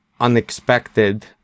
unexpected